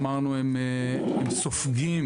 הם סופגים